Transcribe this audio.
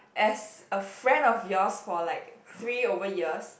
as a friend of yours for like three over years